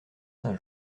saint